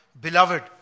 beloved